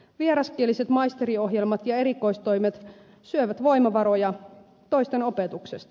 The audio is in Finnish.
vieraskieliset maisteriohjelmat ja erikoistoimet syövät voimavaroja toisten opetuksesta